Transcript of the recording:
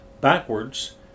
backwards